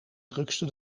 drukste